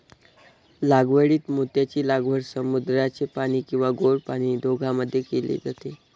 लागवडीत मोत्यांची लागवड समुद्राचे पाणी किंवा गोड पाणी दोघांमध्ये केली जाते